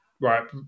right